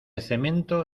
cemento